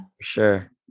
Sure